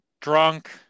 drunk